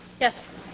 Yes